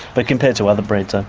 but compared to other breeds, and